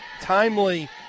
timely